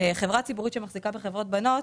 חברה ציבורית שמחזיקה בחברות בנות